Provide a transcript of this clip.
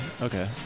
Okay